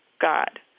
God